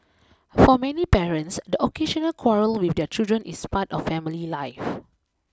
for many parents the occasional quarrel with their children is part of family life